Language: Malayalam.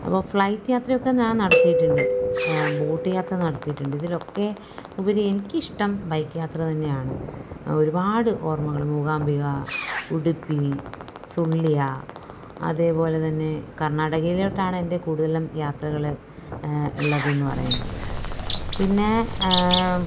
അപ്പോൾ ഫ്ലൈറ്റ് യാത്രയൊക്കെ ഞാൻ നടത്തിയിട്ടുണ്ട് ബോട്ട് യാത്ര നടത്തിയിട്ടുണ്ട് ഇതിലൊക്കെ ഉപരി എനിക്കിഷ്ടം ബൈക്ക് യാത്ര തന്നെയാണ് ഒരുപാട് ഓർമ്മകൾ മൂകാംബിക ഉടുപ്പി സുള്ളിയ അതേപോലെതന്നെ കർണ്ണാടകയിലോട്ടാണ് എൻ്റെ കൂടുതലും യാത്രകൾ ഉള്ളതെന്ന് പറയുന്നത് പിന്നെ